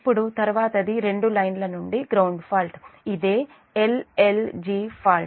ఇప్పుడు తర్వాత ది రెండు లైన్ల నుండి గ్రౌండ్ ఫాల్ట్ ఇదే L L G ఫాల్ట్